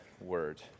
word